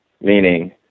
meaning